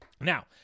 Now